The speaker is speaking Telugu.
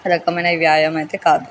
రకమైన వ్యాయామం అయితే కాదు